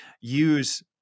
use